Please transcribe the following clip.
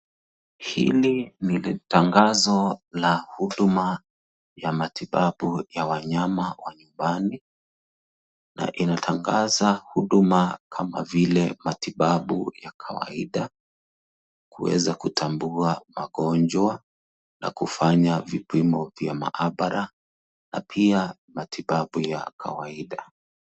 Hili ni tangazo la huduma ya matibabu ya wanyama wa nyumbani, na inatangaza huduma kama vile, matibabu ya kawaida, kuweza kutambua magonjwa, na kufanya vipimo vya maabara, na pia matibabu ya kawaida.